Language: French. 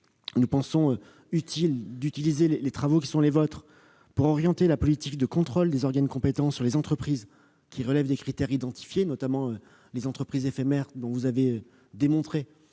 nous pensons utiliser vos travaux pour orienter la politique de contrôle des organes compétents sur les entreprises qui relèvent de critères identifiés, notamment les entreprises éphémères, dont vous avez démontré